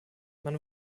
man